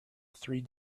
three